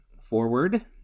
forward